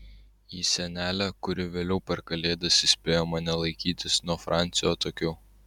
į senelę kuri vėliau per kalėdas įspėjo mane laikytis nuo francio atokiau